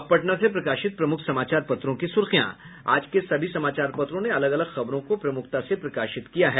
अब पटना से प्रकाशित प्रमुख समाचार पत्रों की सुर्खियां आज के सभी समाचार पत्रों ने अलग अलग खबरों को प्रमुखता से प्रकाशित किया है